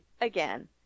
Again